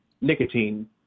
nicotine